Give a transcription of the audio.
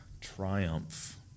triumph